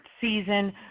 season